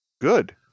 Good